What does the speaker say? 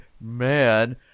man